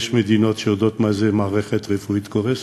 יש מדינות שיודעות מה זה מערכת רפואית קורסת.